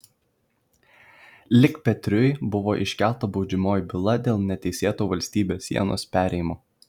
likpetriui buvo iškelta baudžiamoji byla dėl neteisėto valstybės sienos perėjimo